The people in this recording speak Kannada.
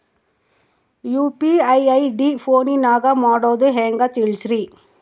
ಯು.ಪಿ.ಐ ಐ.ಡಿ ಫೋನಿನಾಗ ಮಾಡೋದು ಹೆಂಗ ತಿಳಿಸ್ರಿ?